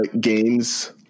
games